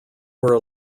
were